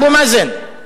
אבו מאזן.